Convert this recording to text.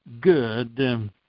good